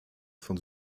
von